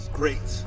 great